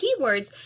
keywords